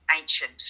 ancient